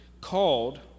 called